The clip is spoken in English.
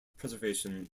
preservation